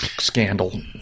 scandal